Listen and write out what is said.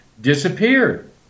disappeared